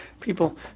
people